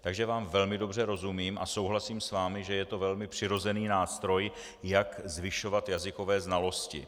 Takže vám velmi dobře rozumím a souhlasím s vámi, že je to velmi přirozený nástroj, jak zvyšovat jazykové znalosti.